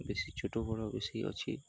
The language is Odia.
ବେଶୀ ଛୋଟ ବଡ଼ ବେଶୀ ଅଛି